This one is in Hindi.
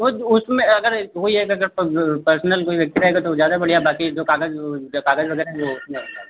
वह उसमें अगर कोई एक अगर पर्सनल कोई व्यक्ति रहेगा तो ज़्यादा बढ़िया बाक़ी जो काग़ज़ वह जो काग़ज़ वग़ैरह हैं वह उसमें